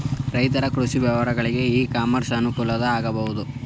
ರೈತರ ಕೃಷಿ ವ್ಯವಹಾರಗಳಿಗೆ ಇ ಕಾಮರ್ಸ್ ಅನುಕೂಲಕರ ಆಗಬಹುದೇ?